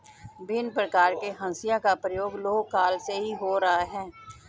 भिन्न प्रकार के हंसिया का प्रयोग लौह काल से ही हो रहा है